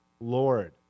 Lord